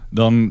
dan